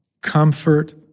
comfort